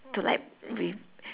to like re~